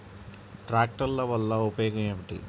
ట్రాక్టర్ల వల్ల ఉపయోగం ఏమిటీ?